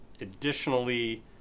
Additionally